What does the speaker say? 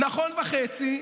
נכון וחצי.